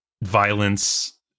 violence